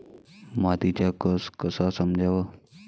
मातीचा कस कसा समजाव?